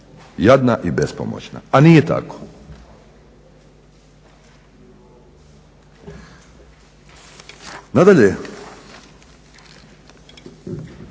jadna i bespomoćna a nije tako. Nadalje,